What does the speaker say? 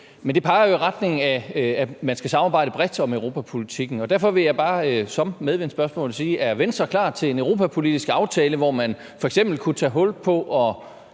Men det peger jo i retning af, at man skal samarbejde bredt om europapolitikken. Derfor vil jeg bare som medvindsspørgsmål spørge: Er Venstre klar til en europapolitisk aftale, hvor man f.eks. kunne tage hul på og